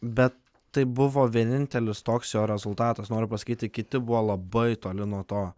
bet tai buvo vienintelis toks jo rezultatas noriu pasakyti kiti buvo labai toli nuo to